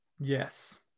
Yes